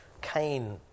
Cain